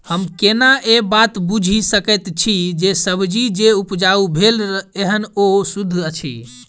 हम केना ए बात बुझी सकैत छी जे सब्जी जे उपजाउ भेल एहन ओ सुद्ध अछि?